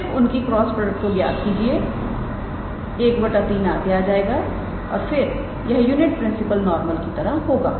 तो सिर्फ उनकी क्रॉस प्रोडक्ट को ज्ञात कीजिए ⅓ आगे आ जाएगा और फिर यह यूनिट प्रिंसिपल नॉरमल की तरह होगा